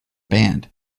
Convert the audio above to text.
band